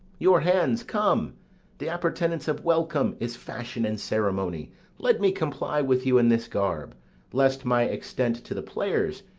your hands, come the appurtenance of welcome is fashion and ceremony let me comply with you in this garb lest my extent to the players,